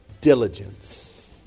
diligence